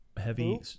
heavy